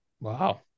Wow